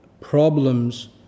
problems